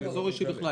זה אזור אישי בכלל,